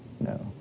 No